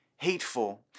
hateful